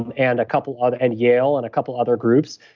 and and a couple other. and yale, and a couple other groups.